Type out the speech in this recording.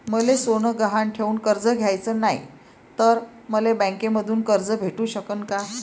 मले सोनं गहान ठेवून कर्ज घ्याचं नाय, त मले बँकेमधून कर्ज भेटू शकन का?